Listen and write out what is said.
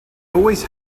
always